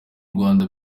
rwanda